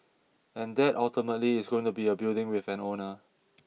and that ultimately is going to be a building with an owner